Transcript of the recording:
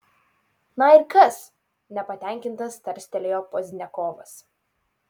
na ir kas nepatenkintas tarstelėjo pozdniakovas